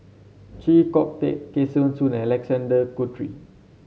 Chee Kong Tet Kesavan Soon and Alexander Guthrie